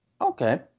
Okay